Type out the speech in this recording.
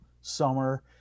summer